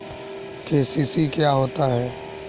KCC क्या होता है?